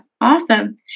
awesome